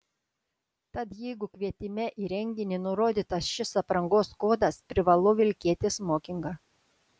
tad jeigu kvietime į renginį nurodytas šis aprangos kodas privalu vilkėti smokingą